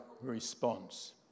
response